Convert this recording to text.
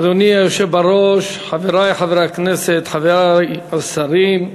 אדוני היושב בראש, חברי חברי הכנסת, חברי השרים,